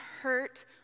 hurt